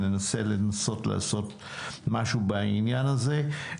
ננסה לעשות משהו בעניין הזה.